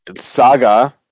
saga